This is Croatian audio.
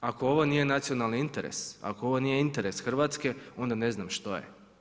Ako ovo nije nacionalni interes, ako ovo nije interes Hrvatske, onda ne znam što je.